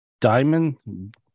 diamond